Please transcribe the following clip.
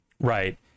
Right